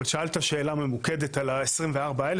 אבל שאלת שאלה ממוקדת על ה-24,000.